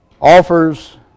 offers